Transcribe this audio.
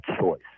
choice